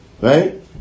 right